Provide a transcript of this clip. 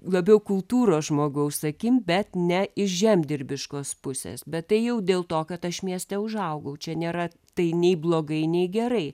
labiau kultūros žmogaus akim bet ne iš žemdirbiškos pusės bet tai jau dėl to kad aš mieste užaugau čia nėra tai nei blogai nei gerai